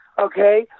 Okay